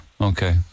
Okay